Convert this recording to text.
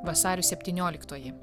vasario septynioliktoji